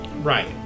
right